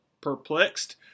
perplexed